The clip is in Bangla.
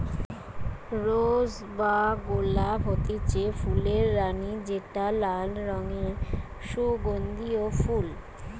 রোস বা গোলাপ হতিছে ফুলের রানী যেটা লাল রঙের সুগন্ধিও ফুল